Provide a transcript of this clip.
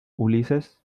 ulises